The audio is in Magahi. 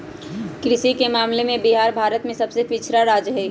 कृषि के मामले में बिहार भारत के सबसे पिछड़ा राज्य हई